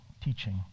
teaching